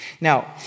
Now